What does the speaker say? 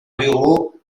bureau